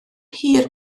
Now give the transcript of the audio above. hir